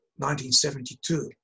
1972